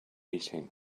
eating